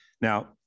Now